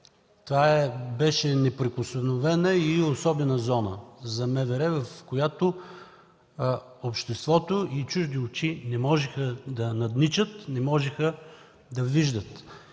Това беше неприкосновена и особена зона за МВР, в която обществото и чужди очи не можеха да надничат, не можеха да виждат.